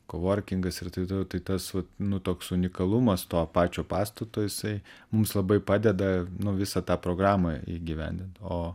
kovorkingas ir tai tu tai tas vat nu toks unikalumas to pačio pastato jisai mums labai padeda nu visą tą programą įgyvendint o